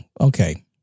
okay